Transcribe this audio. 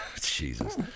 Jesus